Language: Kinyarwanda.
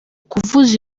kuvuza